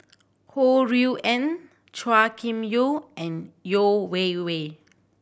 Ho Rui An Chua Kim Yeow and Yeo Wei Wei